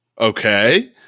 Okay